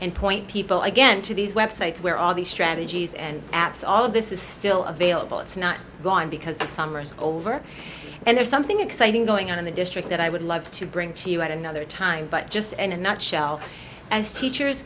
and point people again to these web sites where all these strategies and apps all of this is still available it's not gone because the summer is over and there's something exciting going on in the district that i would love to bring to you at another time but just in a nutshell as teachers